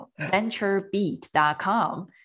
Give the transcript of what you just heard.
venturebeat.com